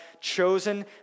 chosen